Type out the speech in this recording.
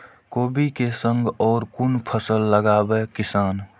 कोबी कै संग और कुन फसल लगावे किसान?